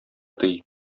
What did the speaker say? тый